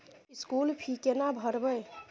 School fee केना भरबै?